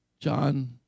John